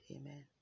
Amen